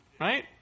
right